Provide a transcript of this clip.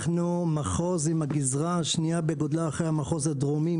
אנחנו מחוז עם הגזרה השנייה בגודלה אחרי המחוז הדרומי.